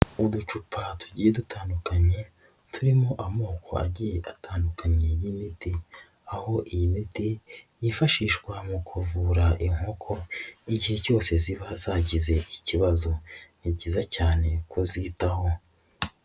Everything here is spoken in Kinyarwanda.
Uducupa tugiye dutandukanye turimo amoko agiye atandukanye y'imiti, aho iyi miti yifashishwa mu kuvura inkoko igihe cyose ziba zagize ikibazo ni byiza cyane kuzitaho.